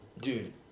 Dude